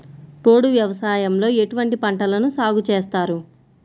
పోడు వ్యవసాయంలో ఎటువంటి పంటలను సాగుచేస్తారు?